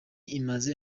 imaze